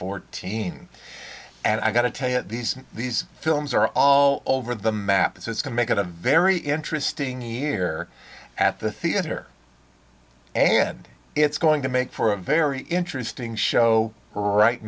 fourteen and i got to tell you these these films are all over the map it's going to make it a very interesting year at the theater and it's going to make for a very interesting show right